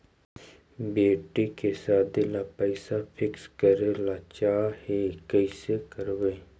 बेटि के सादी ल पैसा फिक्स करे ल चाह ही कैसे करबइ?